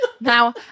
now